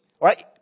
right